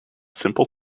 simple